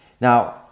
Now